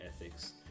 ethics